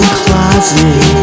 closet